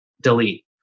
Delete